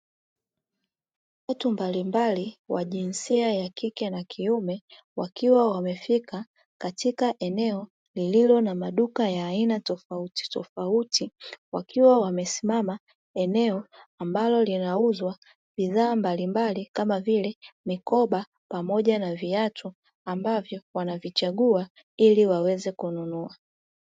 Watu mbalimbali wa jinsia ya kike na kiume wakiwa wamefika katika eneo lililo na maduka ya aina tofautitofauti, wakiwa wamesimama eneo ambalo linauzwa bidhaa mbalimbali kama vile mikoba pamoja na viatu ambavyo wanavichagua ili waweze kununua.